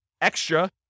extra